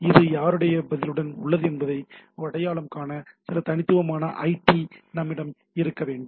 அது யாருடைய பதிலுடன் உள்ளது என்பதை அடையாளம் காண சில தனித்துவமான ஐடி நம்மிடம் இருக்க வேண்டும்